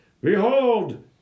Behold